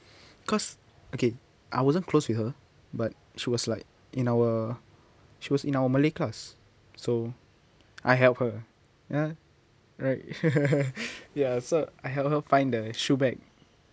cause okay I wasn't close with her but she was like in our she was in our malay class so I help her ya right ya so I help her find the shoe bag